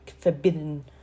forbidden